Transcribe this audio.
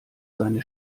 seine